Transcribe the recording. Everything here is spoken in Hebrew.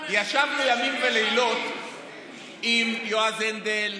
ישבנו ימים ולילות עם יועז הנדל,